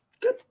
Good